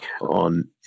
on